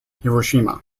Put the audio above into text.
hiroshima